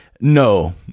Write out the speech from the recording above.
No